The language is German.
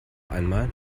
einmal